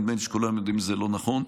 נדמה לי שכולם יודעים שזה לא נכון.